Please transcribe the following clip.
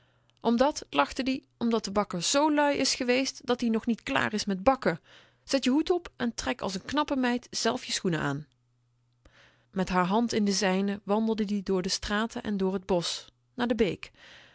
omdat lachte hij omdat de bakker zoo lui is geweest dat-ie nog niet klaar is met bakken zet je hoed op en trek als n knappe meid zelf je schoenen aan met haar hand in de zijne wandelde ie door de straten en door t bosch naar de beek